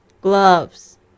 Gloves